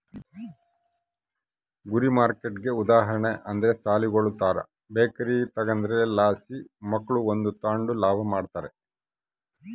ಗುರಿ ಮಾರ್ಕೆಟ್ಗೆ ಉದಾಹರಣೆ ಅಂದ್ರ ಸಾಲಿಗುಳುತಾಕ ಬೇಕರಿ ತಗೇದ್ರಲಾಸಿ ಮಕ್ಳು ಬಂದು ತಾಂಡು ಲಾಭ ಮಾಡ್ತಾರ